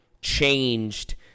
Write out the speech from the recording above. changed